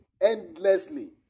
endlessly